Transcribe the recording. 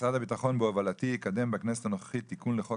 משרד הביטחון בהובלתי יקדם בכנסת הנוכחית תיקון לחוק